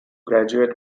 graduate